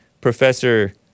Professor